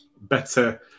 better